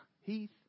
Heath